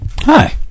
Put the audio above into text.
Hi